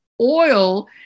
Oil